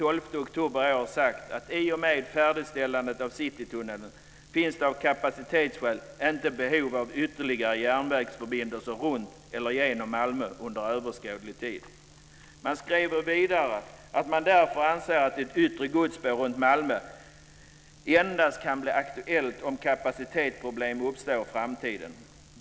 oktober i år sagt att i och med färdigställandet av Citytunneln finns det av kapacitetsskäl inte behov av ytterligare järnvägsförbindelser runt eller genom Malmö under överskådlig tid. Man skriver vidare att man därför anser att ett yttre godsspår runt Malmö endast kan bli aktuellt om kapacitetsproblem uppstår i framtiden.